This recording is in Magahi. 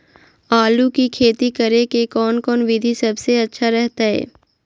आलू की खेती करें के कौन कौन विधि सबसे अच्छा रहतय?